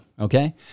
Okay